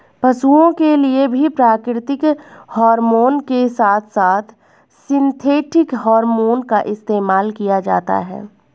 पशुओं के लिए भी प्राकृतिक हॉरमोन के साथ साथ सिंथेटिक हॉरमोन का इस्तेमाल किया जाता है